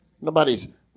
Nobody's